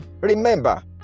remember